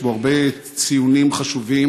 יש בו הרבה ציונים חשובים.